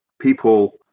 people